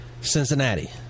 Cincinnati